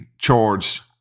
charge